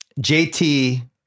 JT